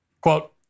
Quote